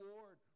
Lord